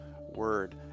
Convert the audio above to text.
word